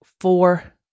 four